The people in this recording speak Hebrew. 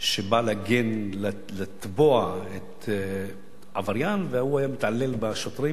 שבא לתבוע עבריין, וההוא היה מתעלל בשוטרים.